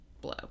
blow